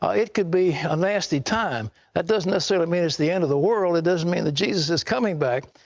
ah it could be a nasty time. that doesn't necessarily mean it's the end of the world. it doesn't mean that jesus is coming back,